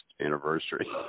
anniversary